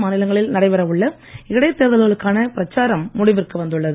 மாநிலங்களில் நடைபெற உள்ள பல்வேறு இடைத் தேர்தல்களுக்கான பிரச்சாரம் முடிவிற்கு வந்துள்ளது